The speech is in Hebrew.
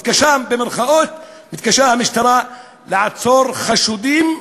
המשטרה לעצור חשודים.